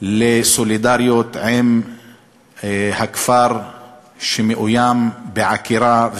לסולידריות עם הכפר שמאוים בעקירה,